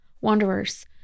wanderers